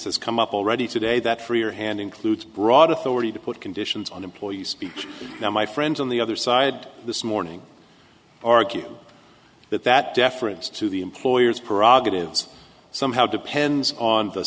has come up already today that freer hand includes broad authority to put conditions on employee speech that my friends on the other side this morning argue that that deference to the employers prerogatives somehow depends on the